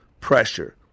pressure